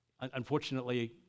Unfortunately